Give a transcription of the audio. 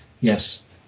yes